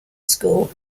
school